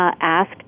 asked